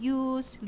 use